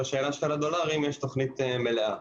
לגבי השאלה שלך: לדולרים יש תוכנית מלאה,